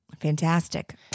Fantastic